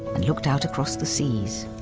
and looked out across the seas.